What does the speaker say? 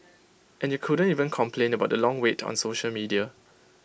and you couldn't even complain about the long wait on social media